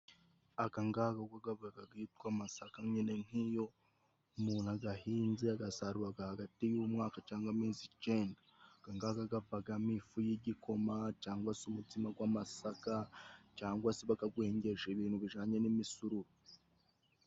Aga ng'aga ubwo gabaga gitwa masaka nyine nk'iyo umuntu agahinze agasaruraga hagati y'umwaka cyangwa amezi icenda .Aga ng'aga gavaga mo ifu y'igikoma cyangwa se umutsima gw'amasaka cyangwa se bakagwengesha ibintu bijanye n'imisururu.